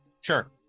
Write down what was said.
Sure